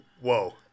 Whoa